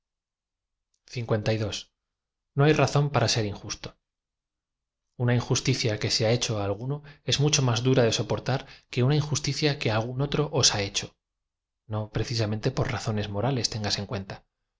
o hay razón para ser injusto unft injusticia que ae ha hecho á alguno es mucho más dura de soportar que una injusticia que algún otro os ha hecho do precisameute por razones mora les téngase en cuenta